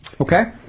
Okay